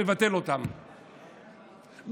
גנץ מקים ממשלה עם ביבי,